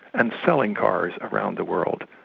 and selling cars around the world,